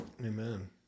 Amen